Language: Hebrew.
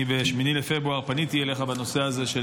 אני ב-8 בפברואר פניתי אליך בנושא הזה של